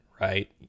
right